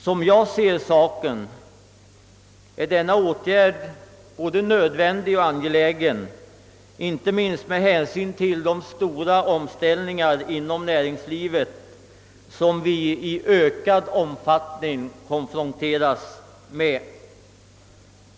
Som jag ser saken är denna åtgärd både nödvändig och angelägen, inte minst med hänsyn till de stora omställningar inom näringslivet som vi i ökad omfattning konfronteras med.